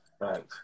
right